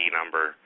number